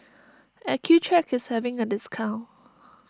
Accucheck is having a discount